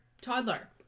toddler